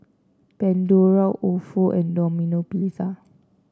Pandora Ofo and Domino Pizza